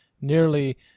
nearly